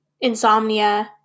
insomnia